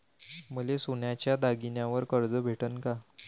मले सोन्याच्या दागिन्यावर कर्ज भेटन का?